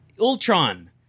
Ultron